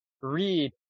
read